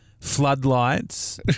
floodlights